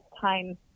time